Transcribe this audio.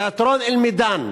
תיאטרון "אל-מידאן".